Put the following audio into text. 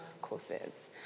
courses